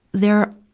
there,